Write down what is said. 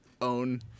own